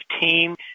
Team